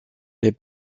les